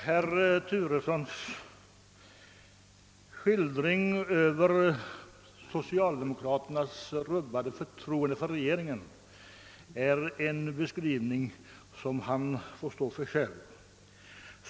Herr talman! Herr Turessons skildring av socialdemokraternas rubbade förtroende för regeringen får stå för hans egen räkning.